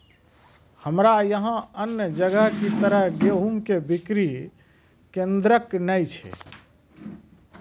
हमरा यहाँ अन्य जगह की तरह गेहूँ के बिक्री केन्द्रऽक नैय छैय?